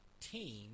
team